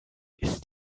ist